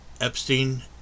Epstein